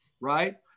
right